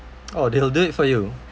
oh they will do it for you